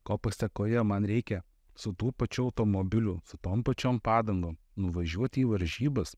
ko pasekoje man reikia su tuo pačiu automobiliu su tom pačiom padangom nuvažiuoti į varžybas